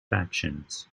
factions